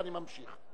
ואני ממשיך.